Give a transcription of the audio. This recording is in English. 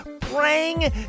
praying